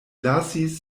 lasis